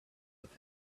with